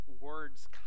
words